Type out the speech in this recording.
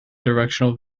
directorial